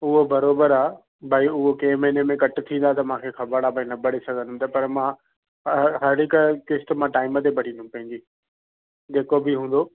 उहो बराबरि आहे भाई उहो कंहिं महीने में कट थींदा त मूंखे ख़बर आहे भई न भरे सघंदुमि पर मां हर हर हिकु किश्त मां टाइम ते भरींदुमि पंहिंजी जेको बि हूंदो